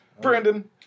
Brandon